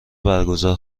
برگزار